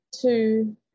two